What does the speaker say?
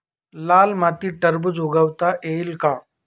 लाल मातीत टरबूज उगवता येईल का?